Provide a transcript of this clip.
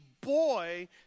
boy